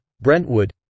Brentwood